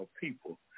people